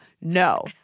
No